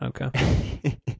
Okay